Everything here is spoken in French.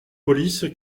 police